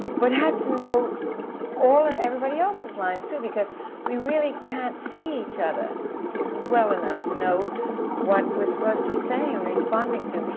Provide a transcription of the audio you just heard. but had to know all of everybody else's lines, too. because we really can't see each other well enough to know what we're supposed to be saying and responding to.